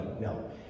No